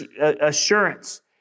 assurance